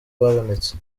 babonetse